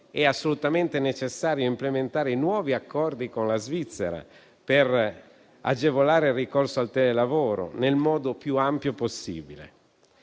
è assolutamente necessario implementare i nuovi accordi con la Svizzera per agevolare il ricorso al telelavoro nel modo più ampio possibile.